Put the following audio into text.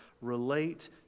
relate